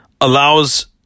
allows